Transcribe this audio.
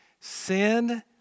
Sin